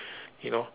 you know